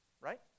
right